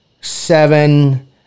seven